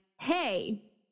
hey